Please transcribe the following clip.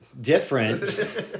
different